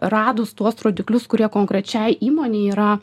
radus tuos rodiklius kurie konkrečiai įmonei yra